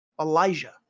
Elijah